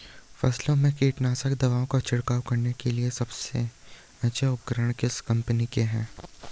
फसलों में कीटनाशक दवाओं का छिड़काव करने के लिए सबसे अच्छे उपकरण किस कंपनी के हैं?